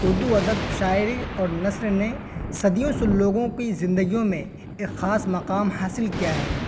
اردو ادب شاعری اور نثر نے صدیوں سے لوگوں کی زندگیوں میں ایک خاص مقام حاصل کیا ہے